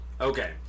Okay